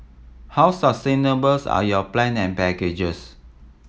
how sustainable are your plan and packages